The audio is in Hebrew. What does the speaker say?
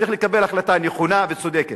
צריך לקבל החלטה נכונה וצודקת,